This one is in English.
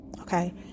Okay